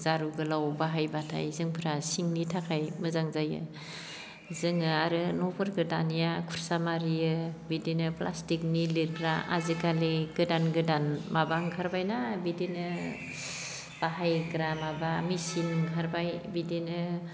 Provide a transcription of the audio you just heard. जारु गोलाव बाहायब्लाथाय जोंफोरा सिंनि थाखाय मोजां जायो जोङो आरो न'फोरखो दानिया खुरसा मारियो बिदिनो प्लास्टिकनि लिरग्रा आजिखालि गोदान गोदान माबा ओंखारबायना बिदिनो बाहायग्रा माबा मेचिन ओंखारबाय बिदिनो